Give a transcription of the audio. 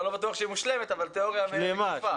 לא בטוח שהיא מושלמת, אבל תיאוריה מקיפה.